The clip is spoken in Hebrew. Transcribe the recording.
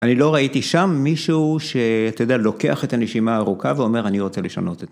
אני לא ראיתי שם מישהו, שאתה יודע, לוקח את הנשימה הארוכה ואומר, אני רוצה לשנות את זה.